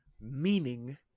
meaning